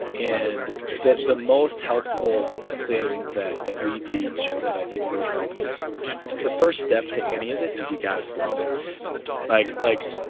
and and the the most helpful thing that that we teach that i think really helps is the first step to any of this is you got to slow down like like